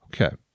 Okay